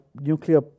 nuclear